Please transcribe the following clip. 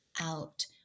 out